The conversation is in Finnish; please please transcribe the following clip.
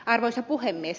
arvoisa puhemies